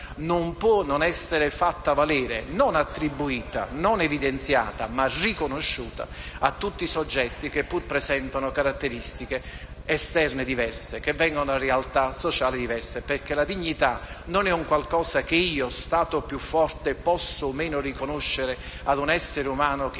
non può non essere fatta valere, non attribuita o evidenziata, ma riconosciuta a tutti i soggetti che pur presentano caratteristiche esterne diverse e che vengono da realtà sociali dovere. La dignità non è un qualcosa che io, Stato più forte, posso o meno riconoscere a un essere umano che viene